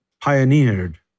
pioneered